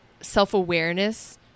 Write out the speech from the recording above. self-awareness